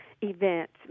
events